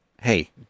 hey